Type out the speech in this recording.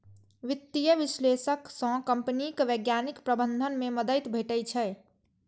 वित्तीय विश्लेषक सं कंपनीक वैज्ञानिक प्रबंधन मे मदति भेटै छै